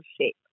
shape